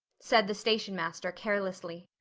said the station-master carelessly.